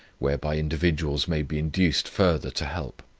whereby individuals may be induced further to help.